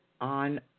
on